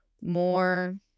more